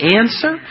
answer